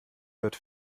wird